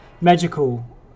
magical